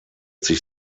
sich